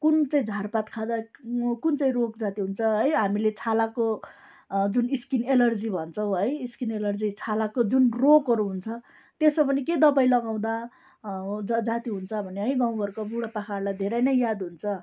कुन चाहिँ झारपात खाँदा कुन चाहिँ रोग जाती हुन्छ है हामीले छालाको जुन स्किन एलर्जी भन्छौँ है स्किन एलर्जी छालाको जुन रोगहरू हुन्छ त्यसमा पनि के दवाई लगाउँदा जाती हुन्छ भन्ने है गाउँ घरको बुढो पाकाहरूलाई धेरै नै याद हुन्छ